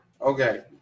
okay